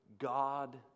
god